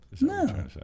No